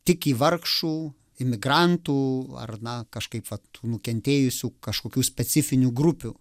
tik į vargšų imigrantų ar na kažkaip vat nukentėjusių kažkokių specifinių grupių